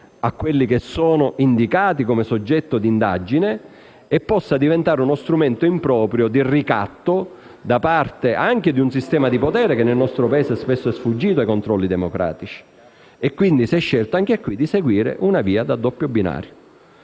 a quelli indicati come oggetto dell'indagine, e possa diventare strumento improprio di ricatto, anche da parte di un sistema di potere, che nel nostro Paese è spesso sfuggito ai controlli democratici. E, quindi, si è scelto anche qui di seguire un doppio binario.